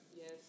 Yes